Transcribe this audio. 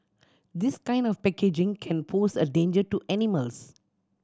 this kind of packaging can pose a danger to animals